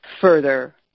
further